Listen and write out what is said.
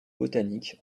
botaniques